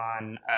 on